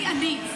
אני אני,